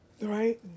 right